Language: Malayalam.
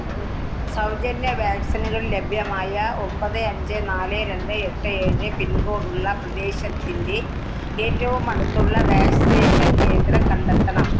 സൗജന്യ വാക്സിനുകൾ ലഭ്യമായ ഒമ്പത് അഞ്ച് നാല് രണ്ട് എട്ട് ഏഴ് പിൻകോഡ് ഉള്ള പ്രദേശത്തിൻ്റെ ഏറ്റവും അടുത്തുള്ള വാക്സിനേഷൻ കേന്ദ്രം കണ്ടെത്തണം